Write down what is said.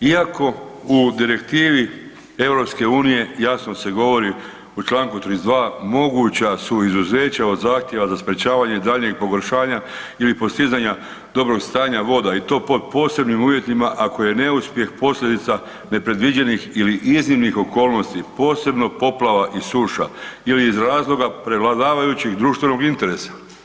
Iako u direktivi EU jasno se govori u čl. 32. moguća su izuzeća od zahtjeva za sprečavanje daljnjeg pogoršanja ili postizanja dobrog stanja voda i to pod posebnim uvjetima ako je neuspjeh posljedica nepredviđenih ili iznimnih okolnosti, posebno poplava i suša ili iz razloga prevladavajućeg društvenog interesa.